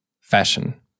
fashion